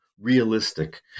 realistic